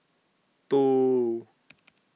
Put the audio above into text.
two